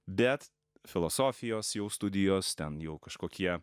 bet filosofijos jau studijos ten jau kažkokie